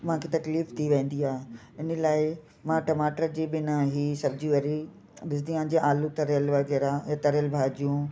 मूं तकलीफ़ थी वेंदी आहे इन लाइ मां टमाटर जे बिना ही सब्जियूं अहिड़ी विझंदी आहियां जीअं आलू तरियल वग़ैरह या तरियल भाॼियूं